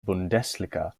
bundesliga